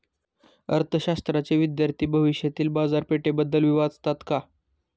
अर्थशास्त्राचे विद्यार्थी भविष्यातील बाजारपेठेबद्दल वाचतात का?